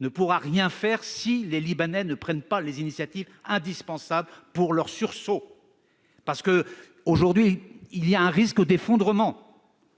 ne pourront rien faire si les Libanais ne prennent pas les initiatives indispensables pour leur sursaut ! Aujourd'hui, il existe un risque d'effondrement,